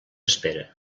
espera